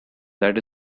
that